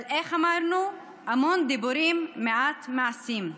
אבל איך אמרנו, המון דיבורים, מעט מעשים.